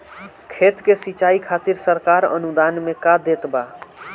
खेत के सिचाई खातिर सरकार अनुदान में का देत बा?